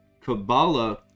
Kabbalah